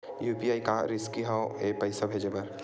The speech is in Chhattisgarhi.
यू.पी.आई का रिसकी हंव ए पईसा भेजे बर?